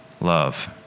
love